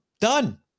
done